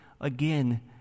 again